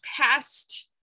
past